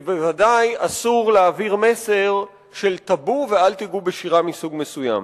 ובוודאי אסור להעביר מסר של טבו ושל אל תיגעו בשירה מסוג מסוים.